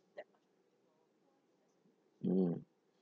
mm